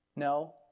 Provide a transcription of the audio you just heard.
No